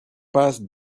passes